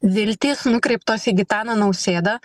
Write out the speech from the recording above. viltys nukreiptos į gitaną nausėdą